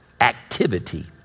activity